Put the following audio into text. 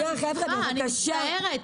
--- זה לא נכון, אני מצטערת.